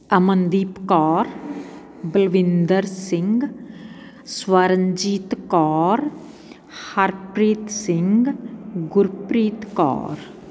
Amandeep Kaur Balwinder Singh Swaranjeet Kaur Harpreet Singh Gurpreet Kaur